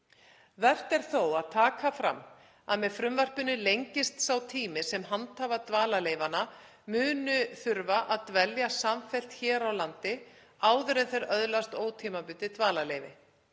Vert er þó að taka fram að með frumvarpinu lengist sá tími sem handhafar dvalarleyfanna munu þurfa að dvelja samfellt hér á landi áður en þeir öðlast ótímabundið dvalarleyfi,